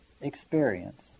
experience